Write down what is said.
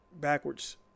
backwards